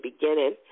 beginning